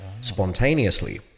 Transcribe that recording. spontaneously